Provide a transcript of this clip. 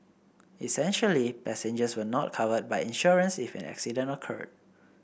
essentially passengers were not covered by insurance if an accident occurred